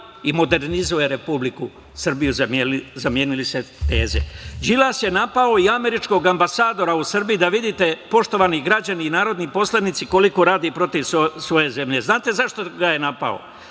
i modernizuje Republiku Srbiju. Zamenile ste teze. Đilas je napao i američkog ambasadora u Srbiji, da vidite poštovani građani i narodni poslanici, koliko radi protiv svoje zemlje. Znate zašto ga je napao?